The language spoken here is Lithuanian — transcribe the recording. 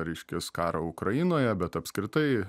reiškias karą ukrainoje bet apskritai